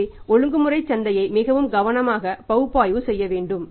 எனவே ஒழுங்குமுறை சந்தை மிகவும் கவனமாக பகுப்பாய்வு செய்யப்பட வேண்டும்